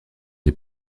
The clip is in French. des